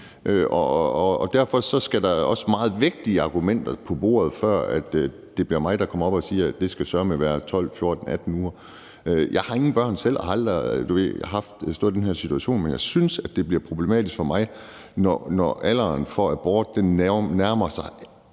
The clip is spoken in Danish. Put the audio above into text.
derfor skal der også meget vægtige argumenter på bordet, før det bliver mig, der kommer op og siger, at det søreme skal være 12, 14, 18 uger. Jeg har ingen børn selv og har aldrig, du ved, stået i den her situation, men jeg synes, at det bliver problematisk for mig, når grænsen for abort nærmer sig